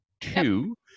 Two